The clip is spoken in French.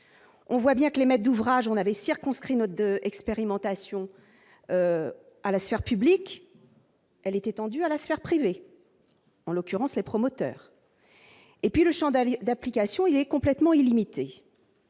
on voit bien que les maîtres d'ouvrage en avait circonscrit note d'expérimentation à la sphère publique, elle est étendue à la sphère privée, en l'occurrence les promoteurs et puis le chant d'aller d'application, il est complètement illimités,